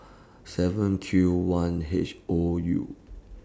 seven Q one H O U